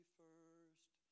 first